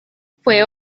fue